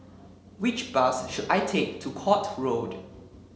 which bus should I take to Court Road